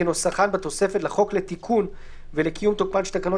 כנוסחן בתוספת לחוק לתיקון ולקיום תוקפן של תקנות